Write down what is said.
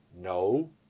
no